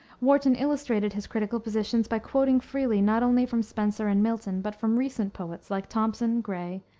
warton illustrated his critical positions by quoting freely not only from spenser and milton, but from recent poets, like thomson, gray,